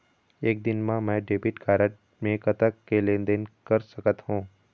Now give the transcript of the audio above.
एक दिन मा मैं डेबिट कारड मे कतक के लेन देन कर सकत हो?